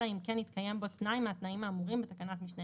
אלא אם כן התקיים בו תנאי מהתנאים האמורים בתקנת משנה